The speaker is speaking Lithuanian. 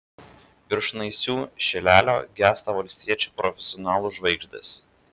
virš naisių šilelio gęsta valstiečių profesionalų žvaigždės